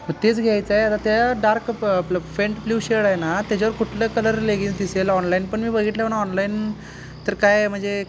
मग तेच घ्यायचं आहे आता त्या डार्क फेंट ब्लू शेड आहे ना त्याच्यावर कुठलं कलर लेगिन्स दिसेल ऑनलाईन पण मी बघितलं म्हणून ऑनलाईन तर काय म्हणजे